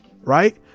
Right